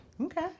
Okay